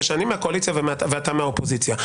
זה שאני מהקואליציה ואתה מהאופוזיציה.